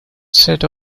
set